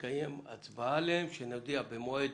תתקיים הצבעה עליהן שנודיע עליה במועד.